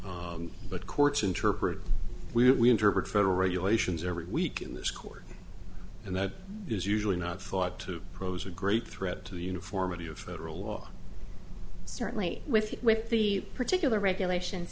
wrong but courts interpret we interpret federal regulations every week in this court and that is usually not thought to pose a great threat to the uniformity of federal law certainly with with the particular regulation